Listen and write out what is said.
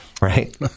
right